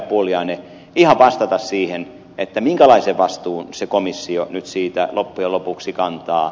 pulliainen ihan vastata siihen minkälaisen vastuun se komissio nyt siitä loppujen lopuksi kantaa